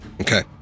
Okay